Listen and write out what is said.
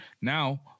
Now